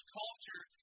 culture